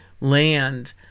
land